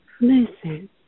Listen